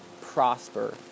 prosper